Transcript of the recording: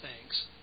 thanks